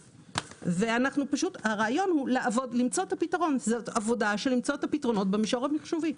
עבודה של למצוא את הפתרון במישור המחשובי.